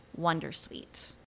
wondersuite